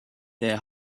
their